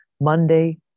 Monday